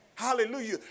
Hallelujah